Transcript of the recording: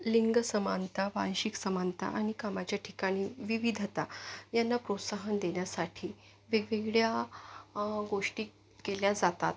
लिंग समानता वांशिक समानता आणि कामाच्या ठिकाणी विविधता यांना प्रोत्साहन देण्यासाठी वेगवेगळ्या गोष्टी केल्या जातात